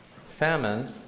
famine